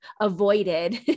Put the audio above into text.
avoided